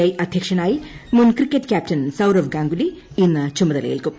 I അധ്യക്ഷനായി മുൻ cricket captain Sourav Ganguly ഇന്ന് ചുമതലയേൽക്കും